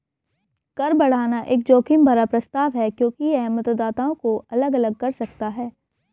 कर बढ़ाना एक जोखिम भरा प्रस्ताव है क्योंकि यह मतदाताओं को अलग अलग कर सकता है